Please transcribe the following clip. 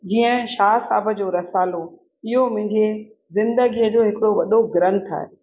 जीअं शाह साहिब जो रसालो इहो मुंहिंजे ज़िंदगीअ जो हिकिड़ो वॾो ग्रंथ आहे